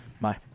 bye